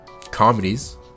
Comedies